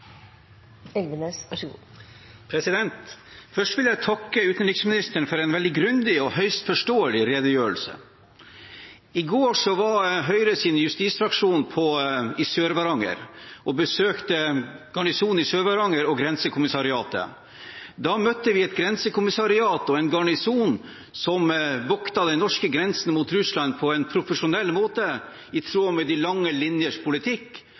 Først vil jeg takke utenriksministeren for en veldig grundig og høyst forståelig redegjørelse. I går var Høyres justisfraksjon i Sør-Varanger og besøkte Garnisonen i Sør-Varanger og Grensekommissariatet. Da møtte vi et grensekommissariat og en garnison som voktet den norske grensen mot Russland på en profesjonell måte, i tråd med de lange linjers politikk,